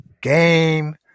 game